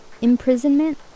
Imprisonment